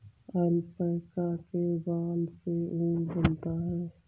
alpaca के बाल से ऊन बनता है